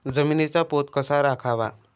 जमिनीचा पोत कसा राखावा?